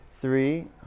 three